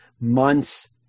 months